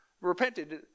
repented